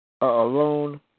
Alone